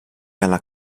alla